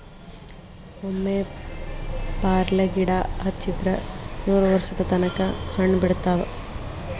ಒಮ್ಮೆ ಪ್ಯಾರ್ಲಗಿಡಾ ಹಚ್ಚಿದ್ರ ನೂರವರ್ಷದ ತನಕಾ ಹಣ್ಣ ಬಿಡತಾವ